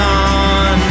on